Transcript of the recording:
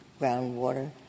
groundwater